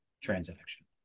transaction